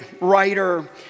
writer